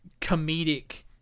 comedic